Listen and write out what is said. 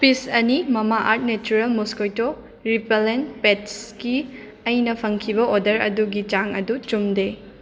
piece ꯑꯅꯤ Mamaearth natural mosquito repellent ꯄꯦꯠꯁꯀꯤ ꯑꯩꯅ ꯐꯪꯈꯤꯕ ꯑꯣꯗꯔ ꯑꯗꯨꯒꯤ ꯆꯥꯡ ꯑꯗꯨ ꯆꯨꯝꯗꯦ